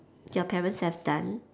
your parents have done